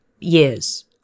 years